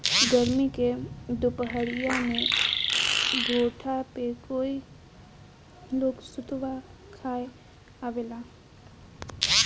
गरमी के दुपहरिया में घोठा पे कई लोग सतुआ खाए आवेला